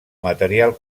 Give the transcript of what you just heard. material